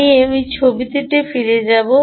আমি এই ছবিতে ফিরে যেতে হবে